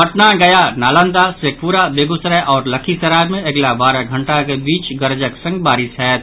पटना गया नालंदा शेखपुरा बेगूसराय आओर लखीसराय मे अगिला बारह घंटाक बीच गरजक संग बारिश होयत